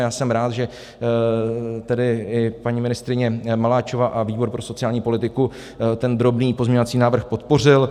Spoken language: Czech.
Já jsem rád, že i paní ministryně Maláčová a výbor pro sociální politiku ten drobný pozměňovací návrh podpořily.